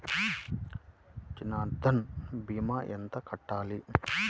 జన్ధన్ భీమా ఎంత కట్టాలి?